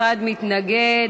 (העברת נטל ההוכחה בתובענה על התנכלות),